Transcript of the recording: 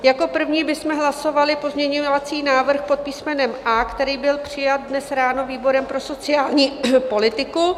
Jako první bychom hlasovali pozměňovací návrh pod písmenem A, který byl přijat dnes ráno výborem pro sociální politiku.